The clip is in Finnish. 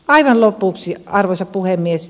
aivan lopuksi arvoisa puhemies